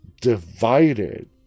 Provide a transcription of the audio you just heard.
divided